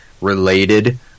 related